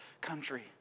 country